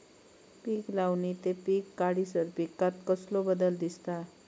पीक लावणी ते पीक काढीसर पिकांत कसलो बदल दिसता?